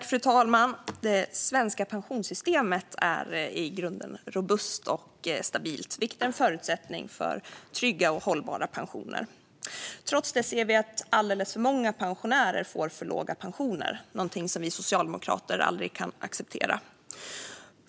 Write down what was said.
Fru talman! Det svenska pensionssystemet är i grunden robust och stabilt, vilket är en förutsättning för trygga och hållbara pensioner. Trots det ser vi att alldeles för många pensionärer får för låga pensioner. Det är någonting som vi socialdemokrater aldrig kan acceptera.